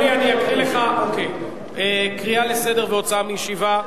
אדוני, אני אקריא לך: "קריאה לסדר והוצאה מישיבה".